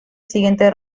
siguiente